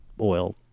oil